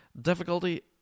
difficulty